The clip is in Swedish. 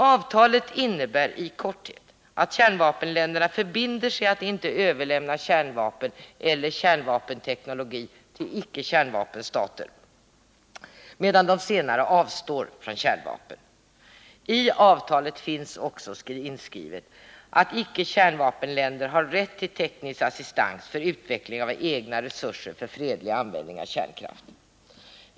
Avtalet innebär i korthet att kärnvapenländerna förbinder sig att inte överlämna kärnvapen eller kärnvapenteknologi till icke-kärnvapenstater, medan de senare avstår från kärnvapen. I avtalet finns också inskrivet att icke-kärnvapenländer har rätt till teknisk assistans för utveckling av egna resurser för fredlig användning av kärnkraft.